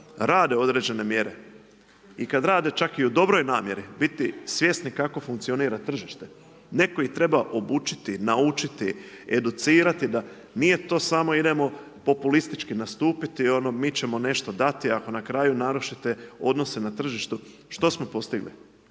rade određene mjere i kada rade čak i u dobroj namjeri biti svjesni kako funkcionira tržište, netko ih treba obučiti, naučiti, educirati da nije to samo idemo populistički nastupiti mi ćemo nešto dati ako na kraju narušite odnose na tržištu što smo postigli?